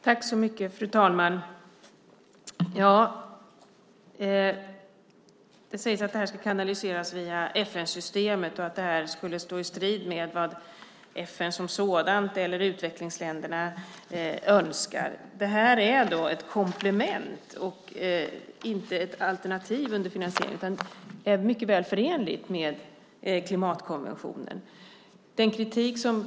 Fru talman! Det sägs att det här ska kanaliseras via FN-systemet och att det här skulle stå i strid med vad FN som sådant eller utvecklingsländerna önskar. Men detta är ett komplement och inte ett alternativ under finansiering, och det är mycket väl förenligt med klimatkonventionen.